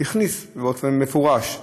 הכנסנו באופן מפורש,